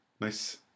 nice